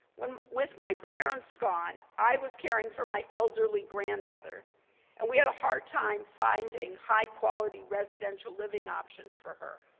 with my parents gone i was caring for my elderly grandmother and we had a hard time finding high quality residential living options for her.